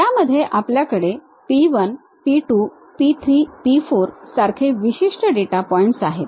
त्यामध्ये आपल्याकडे P1 P2 P3 P4 सारखे विशिष्ट डेटा पॉइंट्स आहेत